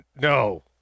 No